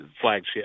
flagship